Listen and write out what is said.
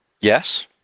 Yes